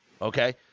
okay